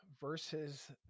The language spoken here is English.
versus